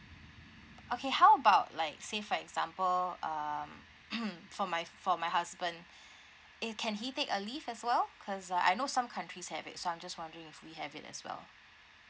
okay how about like say for example um for my for my husband eh can he take a leave as well cause uh I know some countries have it so I'm just wondering if we have it as well